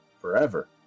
forever